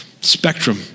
spectrum